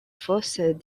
fausses